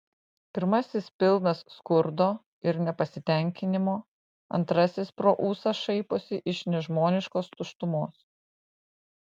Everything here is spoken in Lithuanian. pirmasis pilnas skurdo ir nepasitenkinimo antrasis pro ūsą šaiposi iš nežmoniškos tuštumos